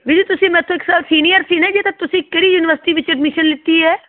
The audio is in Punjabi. ਵੀਰ ਜੀ ਤੁਸੀਂ ਮੇਰੇ ਤੋਂ ਇੱਕ ਸਾਲ ਸੀਨੀਅਰ ਸੀ ਨਾ ਜੀ ਤਾਂ ਤੁਸੀਂ ਕਿਹੜੀ ਯੂਨੀਵਰਸਿਟੀ ਵਿੱਚ ਐਡਮਿਸ਼ਨ ਲਿਤੀ ਹੈ